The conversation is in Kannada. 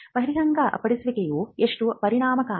ಬಹಿರಂಗಪಡಿಸುವಿಕೆಯು ಎಷ್ಟು ಪರಿಣಾಮಕಾರಿ